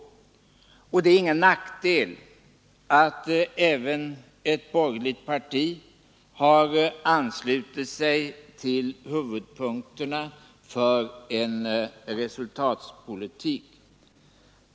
Det är ingen nackdel att även ett borgerligt parti har anslutit sig till huvudpunkterna för en resultatpolitik.